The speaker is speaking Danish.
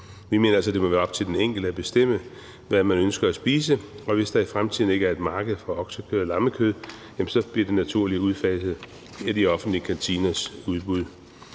Vi mener altså, at det må være op til den enkelte at bestemme, hvad man ønsker at spise, og hvis der i fremtiden ikke er et marked for oksekød og lammekød, bliver det naturligt udfaset i de offentlige kantiners udbud.